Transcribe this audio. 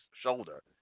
shoulder